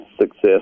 success